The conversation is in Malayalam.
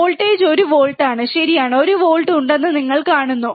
വോൾട്ടേജ് ഒരു വോൾട്ട് ആണ് ശരിയാണ് ഒരു വോൾട്ട് ഉണ്ടെന്ന് നിങ്ങൾ കാണുന്നു